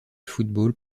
football